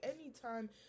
anytime